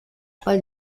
pel